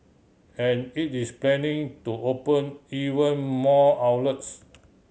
and it is planning to open even more outlets